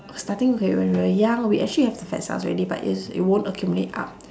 starting okay when we were young we actually have the fats cells already but it's it won't accumulate up